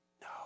No